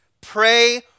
pray